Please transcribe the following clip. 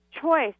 choice